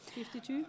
52